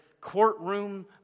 courtroom